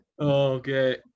okay